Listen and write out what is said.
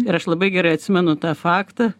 ir aš labai gerai atsimenu tą faktą